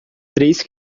três